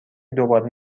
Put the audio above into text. دوباره